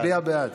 אני מצביע בעד.